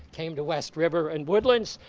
came to west river and woodlands,